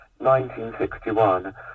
1961